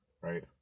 right